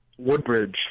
Woodbridge